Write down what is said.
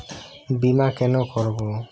বিমা কেন করব?